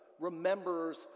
remembers